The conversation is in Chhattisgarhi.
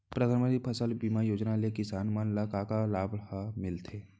परधानमंतरी फसल बीमा योजना ले किसान मन ला का का लाभ ह मिलथे?